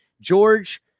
George